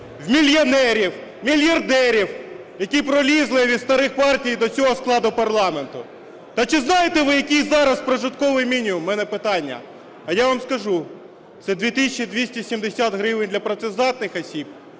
у мільйонерів, мільярдерів, які пролізли від старих партій до цього складу парламенту. Та чи знаєте ви, який зараз прожитковий мінімум, у мене питання? А я вам скажу: це 2 тисячі 270 гривень для працездатних осіб